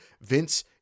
Vince